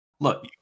Look